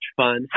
fun